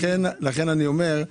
לכן אני אומר,